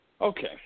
Okay